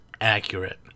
accurate